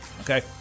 okay